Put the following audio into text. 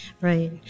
Right